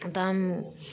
दाम